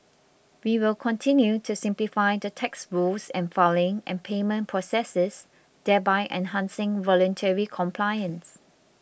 we will continue to simplify the tax rules and filing and payment processes thereby enhancing voluntary compliance